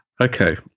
Okay